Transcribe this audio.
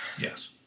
Yes